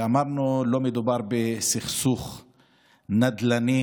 אמרנו, לא מדובר בסכסוך נדל"ני